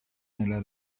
nella